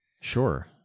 Sure